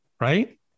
Right